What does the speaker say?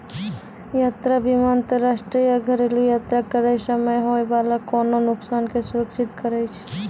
यात्रा बीमा अंतरराष्ट्रीय या घरेलु यात्रा करै समय होय बाला कोनो नुकसानो के सुरक्षित करै छै